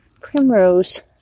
primrose